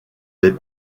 les